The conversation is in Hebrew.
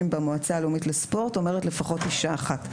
במועצה הלאומית לספורט אומרת לפחות אישה אחת.